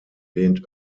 lehnt